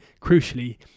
crucially